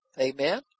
Amen